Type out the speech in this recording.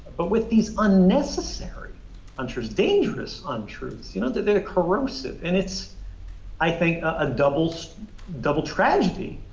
but with these unnecessary untruths, dangerous untruths. you know that they're corrosive and it's i think a double so double tragedy.